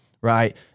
right